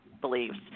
beliefs